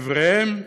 דבריהם,